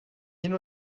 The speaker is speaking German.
hin